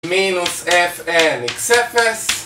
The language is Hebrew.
מינוס FN, אקס אפס